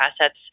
assets